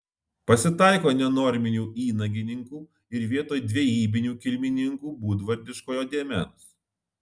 pasitaiko nenorminių įnagininkų ir vietoj dvejybinių kilmininkų būdvardiškojo dėmens